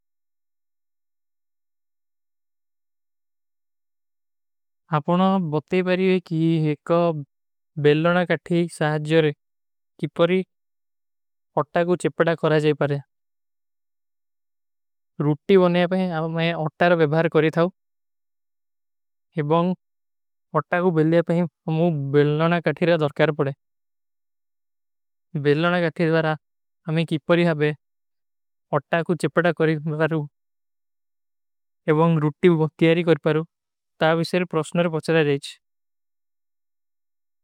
ଆପନା ବତେ ବାରୀ ହୈ କି ଏକ ବେଲନା କଥୀ ସହାଜର କିପରୀ ଅଟା କୋ ଚେପଡା କରା ଜାଈ ପାରେ। ରୂଟ୍ଟୀ ବନିଯା ପାହିଂ ଆମେଂ ଅଟାର ଵେଭାର କରୀ ଥାଓ। ଏବଂଗ ଅଟା କୋ ବେଲନା ପାହିଂ ଅମୁ ବେଲନା କଥୀର କା ଦର୍କାର ପଡେ। ବେଲନା କଥୀର ବାରା ଅମେଂ କିପରୀ ହାବେ ଅଟା କୋ ଚେପଡା କରୀ ବାର। ଏବଂଗ ରୂଟ୍ଟୀ ବନିଯା ପାହିଂ କରୀ ପାର। ତା ଵିଶ୍ଯଲ ପ୍ରୋସ୍ଟନର ପଚ୍ଚର ରହେ ହୈ।